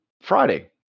Friday